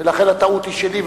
ולכן הטעות היא שלי.